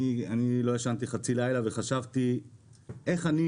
אני לא ישנתי חצי לילה וחשבתי איך אני